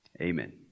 Amen